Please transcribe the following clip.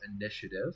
initiative